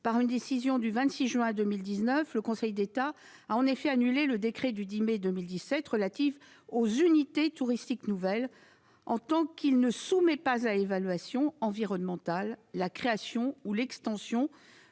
par une décision du 26 juin 2019, le Conseil d'État a en effet annulé le décret du 10 mai 2017 relatif aux unités touristiques nouvelles en tant qu'il ne soumet pas à évaluation environnementale la création ou l'extension